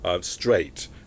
straight